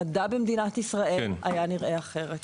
המדע במדינת ישראל היה נראה אחרת.